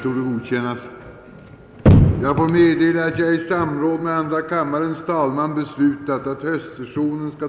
Ärade kammarledamöter!